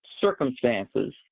circumstances